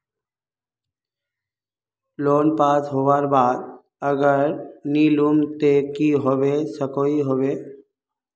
Loan पास होबार बाद अगर नी लुम ते की होबे सकोहो होबे?